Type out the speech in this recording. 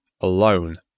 alone